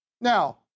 Now